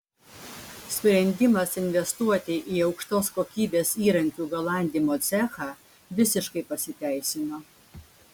sprendimas investuoti į aukštos kokybės įrankių galandimo cechą visiškai pasiteisino